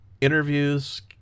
interviews